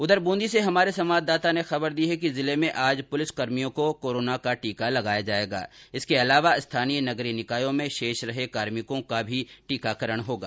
उधर बूंदी से हमारे संवाददाता ने खबर दी है कि जिले में आज पुलिस कर्मियों को कोरोना का टीका लगाया जाएगा इसके अलावा स्थानीय नगरीय निकायों में शेष रहे कार्मिकों का भी टीकाकरण होगा